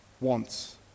wants